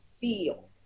feel